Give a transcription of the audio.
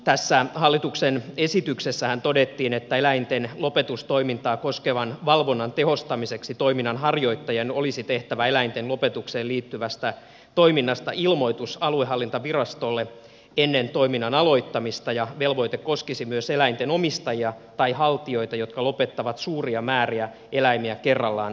tässä hallituksen esityksessähän todettiin että eläinten lopetustoimintaa koskevan valvonnan tehostamiseksi toiminnanharjoittajan olisi tehtävä eläinten lopetukseen liittyvästä toiminnasta ilmoitus aluehallintovirastolle ennen toiminnan aloittamista ja velvoite koskisi myös eläinten omistajia tai haltijoita jotka lopettavat suuria määriä eläimiä kerrallaan säännöllisesti